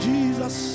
Jesus